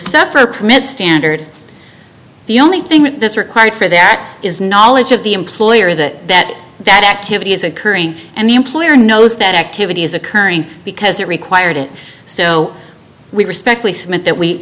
sefer permit standard the only thing that's required for that is knowledge of the employer that that that activity is occurring and the employer knows that activity is occurring because it required it so we respectfully submit that we